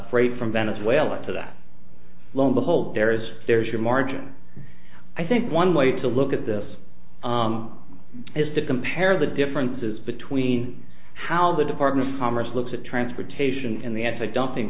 freight from venezuela to that lo and behold there's there's your margin i think one way to look at this is to compare the differences between how the department of commerce looks at transportation in the antidumping